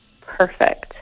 perfect